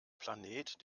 planet